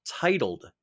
titled